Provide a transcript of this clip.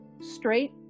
straight